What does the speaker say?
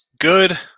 Good